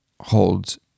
holds